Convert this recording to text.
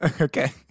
Okay